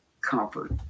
comfort